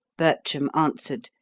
bertram answered,